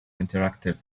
interactive